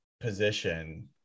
position